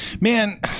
man